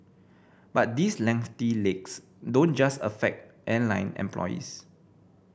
but these lengthy legs don't just affect airline employees